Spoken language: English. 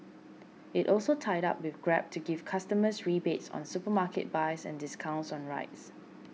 it also tied up with Grab to give customers rebates on supermarket buys and discounts on rides